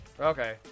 Okay